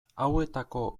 hauetako